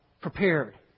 prepared